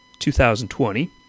2020